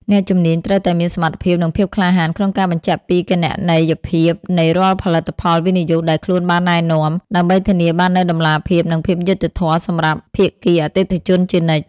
អ្នកជំនាញត្រូវតែមានសមត្ថភាព និងភាពក្លាហានក្នុងការបញ្ជាក់ពីគណនេយ្យភាពនៃរាល់ផលិតផលវិនិយោគដែលខ្លួនបានណែនាំ ដើម្បីធានាបាននូវតម្លាភាព និងភាពយុត្តិធម៌សម្រាប់ភាគីអតិថិជនជានិច្ច។